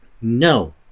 no